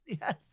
yes